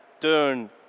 turn